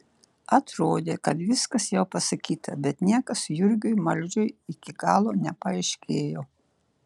atrodė kad viskas jau pasakyta bet niekas jurgiui maldžiui iki galo nepaaiškėjo